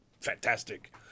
Fantastic